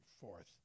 forth